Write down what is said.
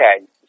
Okay